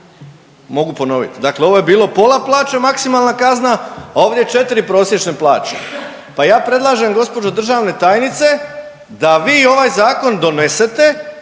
Mogu ponoviti, dakle ovo je bilo pola plaće maksimalna kazna, a ovdje 4 prosječne plaće, pa ja predlažem gospođo državna tajnice da vi ovaj zakon donesete